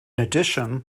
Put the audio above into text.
addition